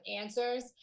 answers